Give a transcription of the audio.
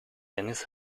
dennis